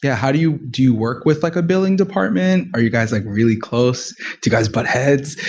yeah how do you do you work with like a billing department? are you guys like really close to guys buttheads?